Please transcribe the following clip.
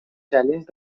challenged